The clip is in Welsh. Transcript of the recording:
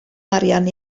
arian